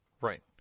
right